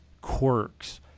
quirks